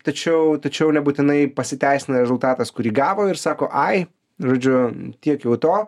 tačiau tačiau nebūtinai pasiteisina rezultatas kurį gavo ir sako ai žodžiu tiek jau to